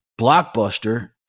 Blockbuster